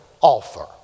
offer